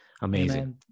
Amazing